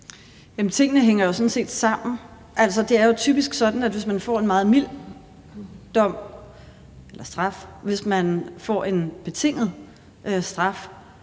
typisk sådan, at hvis man får en meget mild dom eller straf og hvis man får en betinget straf,